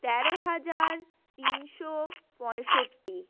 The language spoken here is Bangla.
তেরো হাজার তিনশো পঁয়ষট্টি